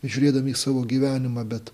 žiūrėdami į savo gyvenimą bet